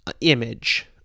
image